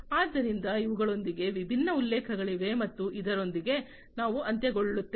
ಆದ್ದರಿಂದ ಇವುಗಳೊಂದಿಗೆ ವಿಭಿನ್ನ ಉಲ್ಲೇಖಗಳಿವೆ ಮತ್ತು ಇದರೊಂದಿಗೆ ನಾವು ಅಂತ್ಯಗೊಳ್ಳುತ್ತೇವೆ